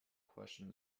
question